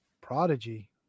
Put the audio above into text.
Prodigy